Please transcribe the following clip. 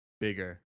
bigger